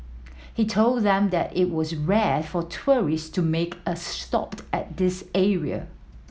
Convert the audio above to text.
he told them that it was rare for tourist to make a stopped at this area